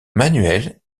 manuel